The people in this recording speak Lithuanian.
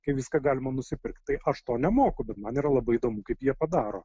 kai viską galima nusipirkt tai aš to nemoku bet man yra labai įdomu kaip jie padaro